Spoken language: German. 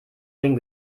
dem